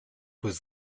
was